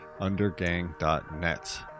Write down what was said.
undergang.net